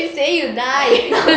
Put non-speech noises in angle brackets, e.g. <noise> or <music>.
<laughs> you keep saying you die <laughs>